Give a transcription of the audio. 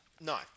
No